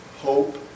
Hope